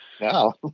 no